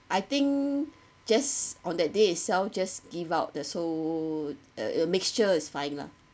I think just on that day itself just give out the so uh mixture is fine lah